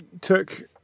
took